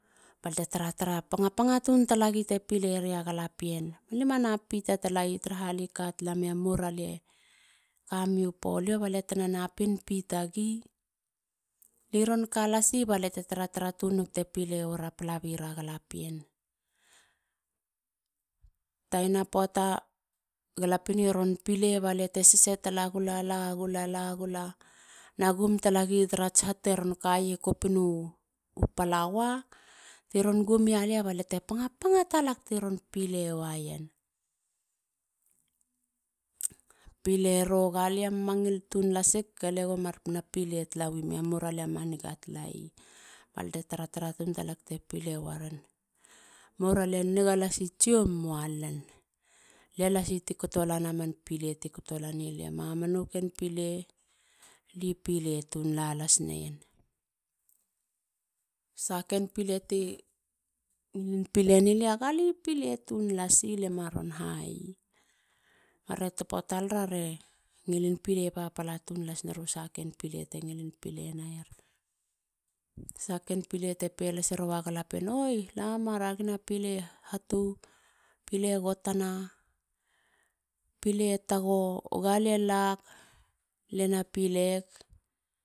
Balte tara tara panga tun talagi te pile ya galapien. A li manap pita tala yi tara ha li katalamei a moura lia kamei u polio balia tena napin pitagi. liron kalasi baliate tara tunug te pile wara palabira galapien. Tana poata. galapien i ron pile baliate sese talagula. lagula. lagula na gum talagi. kopinu palawa tiron gum ya lia balte panga panga talag tiron pile wayen. Pile ro galie mamangil tun hasik. galego mar pile talawi me? Mora lia ma niga talayi. balte taratara tun talak te pile waren. Lie niga lasi tsiom. mualen lia lasi ti katto lana man pile ti kato lani lia. mamanu ken pile li pile tun las neien. sahaken pile ti ngilin pileni lia gali pile tun lasi. lema ron ha yi. baare topo talara a re ngilin pile papala tun las neru sahaken pile te ngilin pile nayer. Sahaken pile te pelase rowa galapien. oi. lamuma ragina pile hatu. pile gotana. pile tago. ga lie lag. le na pileg